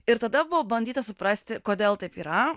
ir tada buvo bandyta suprasti kodėl taip yra